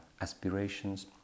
aspirations